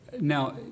now